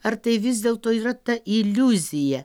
ar tai vis dėlto yra ta iliuzija